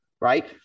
right